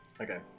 Okay